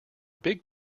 big